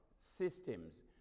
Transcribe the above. systems